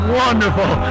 wonderful